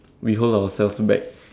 we hold ourselves back